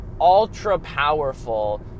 ultra-powerful